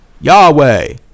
Yahweh